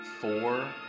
four